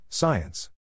Science